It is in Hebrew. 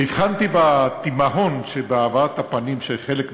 והבחנתי בתימהון בהבעת הפנים של חלק מהם.